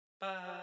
Bye